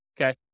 okay